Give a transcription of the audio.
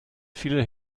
viele